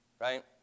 right